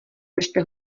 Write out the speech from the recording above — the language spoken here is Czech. držte